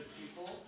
people